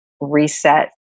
reset